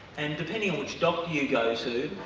and depending on which doctor you go to,